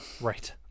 Right